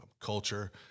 culture